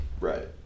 Right